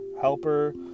helper